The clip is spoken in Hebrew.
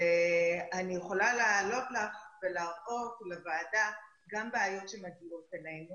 אני יכולה להעלות לך ולהראות לוועדה גם בעיות שמגיעות אלינו